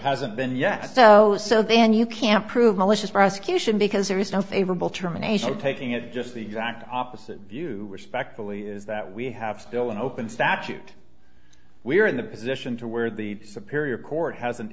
hasn't been yet so so then you can't prove malicious prosecution because there is no favorable terminations taking it just the exact opposite view respectfully is that we have still an open statute we are in the position to where the sapir your court hasn't